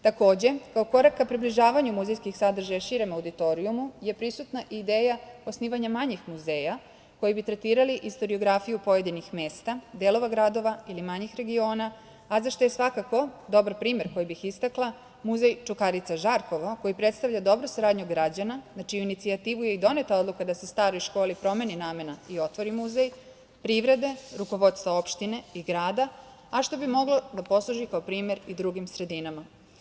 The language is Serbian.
Takođe, kao korak ka približavanju muzejskih sadržaja širom auditorijumu je prisutna i ideja osnivanja manjih muzeja koji bi tretirali istoriografiju pojedinih mesta, delova gradova ili manjih regiona, a za šta je svakako dobar primer koji bi istakla, Muzej Čukarica-Žarkovo koji predstavlja dobru saradnju građana, na čiju inicijativu je i doneta odluka da se staroj školi promeni namena i otvori muzej privrede, rukovodstvo opštine i grada, a što bi moglo da posluži kao primer i drugim sredinama.